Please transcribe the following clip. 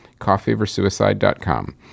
coffeeversuicide.com